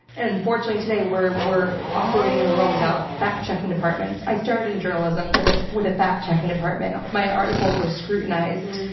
and unfortunately today we're we're operating in a world without fact-checking departments. i started in journalism with ah a fact-checking department. my articles were scrutinized.